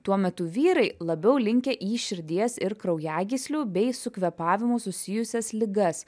tuo metu vyrai labiau linkę į širdies ir kraujagyslių bei su kvėpavimu susijusias ligas